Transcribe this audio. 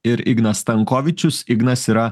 ir ignas stankovičius ignas yra